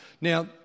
Now